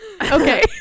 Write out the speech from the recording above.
Okay